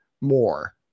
more